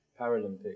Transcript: Paralympic